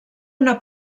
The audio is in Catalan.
una